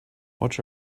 watch